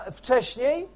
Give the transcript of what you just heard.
wcześniej